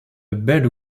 belle